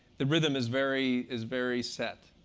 the rhythm is very is very set.